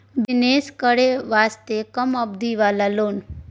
Business करे वास्ते कम अवधि वाला लोन?